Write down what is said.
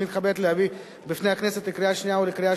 אני מתכבד להביא בפני הכנסת לקריאה שנייה ולקריאה